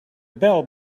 bell